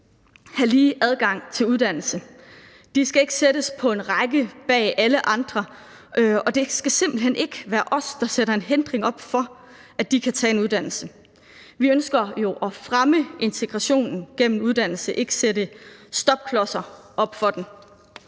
have lige adgang til uddannelse, og de skal ikke sættes på en række bag alle andre, og det skal simpelt hen ikke være os, der sætter en hindring op for i, at de kan tage en uddannelse, for vi ønsker jo at fremme integrationen gennem uddannelse og ikke sætte stopklodser op for dem.